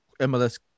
MLS